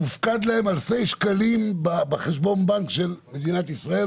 מופקדים להם אלפי שקלים בחשבון הבנק של מדינת ישראל,